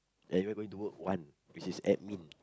and ever go to work one which is admin